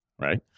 right